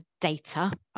data